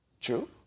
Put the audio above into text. True